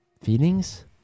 feelings